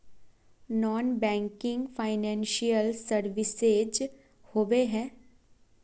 Non banking financial services होबे है?